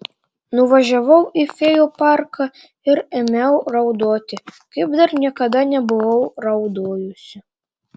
nuvažiavau į fėjų parką ir ėmiau raudoti kaip dar niekada nebuvau raudojusi